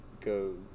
go